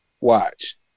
Watch